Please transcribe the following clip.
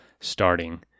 starting